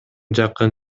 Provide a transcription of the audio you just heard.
жакын